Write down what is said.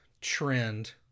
trend